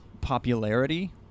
popularity